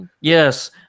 Yes